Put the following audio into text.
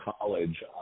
college